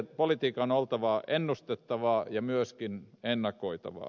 politiikan on oltava ennustettavaa ja myöskin ennakoitavaa